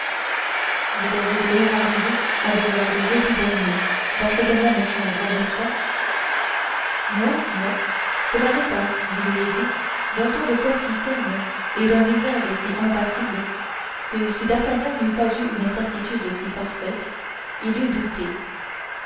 vous aviez donné rendez-vous à de wardes jeudi dernier dans cette même chambre n'est-ce pas moi non cela n'est pas dit milady d'un ton de voix si ferme et d'un visage si impassible que si d'artagnan n'eût pas eu une certitude si parfaite il eût douté